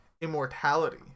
immortality